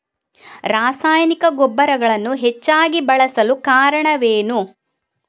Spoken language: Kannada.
ರಾಸಾಯನಿಕ ಗೊಬ್ಬರಗಳನ್ನು ಹೆಚ್ಚಾಗಿ ಬಳಸಲು ಕಾರಣವೇನು?